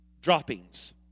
droppings